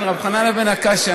רבי חנניה בן עקשיא.